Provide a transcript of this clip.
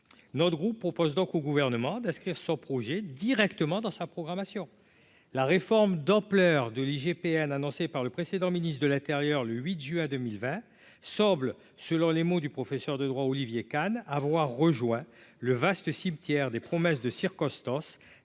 notre groupe propose donc au gouvernement d'inscrire ce projet directement dans sa programmation, la réforme d'ampleur de l'IGPN annoncé par le précédent ministre de l'Intérieur, le 8 juin 2020, sobre, selon les mots du professeur de droit Olivier Kahn avoir rejoint le vaste cimetière des promesses de circonstance